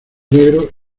negro